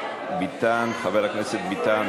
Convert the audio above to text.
חבר הכנסת ביטן